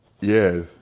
Yes